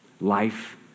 Life